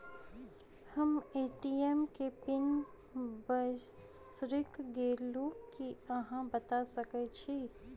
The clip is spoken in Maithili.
हम ए.टी.एम केँ पिन बिसईर गेलू की अहाँ बता सकैत छी?